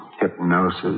hypnosis